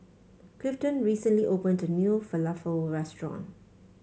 Clifton recently opened a new Falafel restaurant